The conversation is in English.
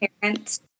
parents